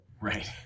Right